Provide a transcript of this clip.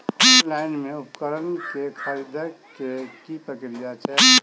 Online मे उपकरण केँ खरीदय केँ की प्रक्रिया छै?